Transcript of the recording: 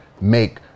make